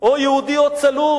או יהודי או צלוב,